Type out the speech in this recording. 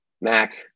Mac